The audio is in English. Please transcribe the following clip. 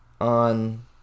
on